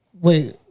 Wait